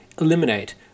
eliminate